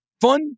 fun